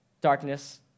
darkness